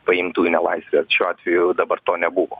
paimtų į nelaisvę šiuo atveju dabar to nebuvo